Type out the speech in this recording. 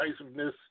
divisiveness